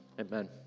Amen